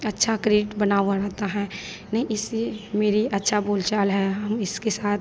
अच्छा क्रेडिट बना हुआ रहता है नहीं इससे मेरी अच्छी बोलचाल है हम इसके साथ